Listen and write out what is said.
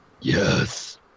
Yes